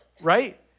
Right